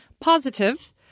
positive